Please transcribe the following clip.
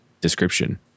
description